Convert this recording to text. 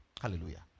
Hallelujah